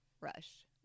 rush